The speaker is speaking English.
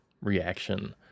reaction